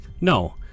No